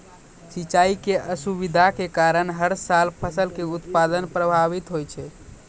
सिंचाई के असुविधा के कारण हर साल फसल के उत्पादन प्रभावित होय छै